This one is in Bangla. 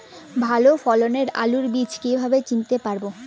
ভালো ফলনের আলু বীজ কীভাবে চিনতে পারবো?